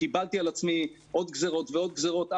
קיבלתי על עצמי עוד גזרות ועוד גזרות,